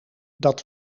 dat